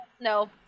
no